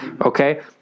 Okay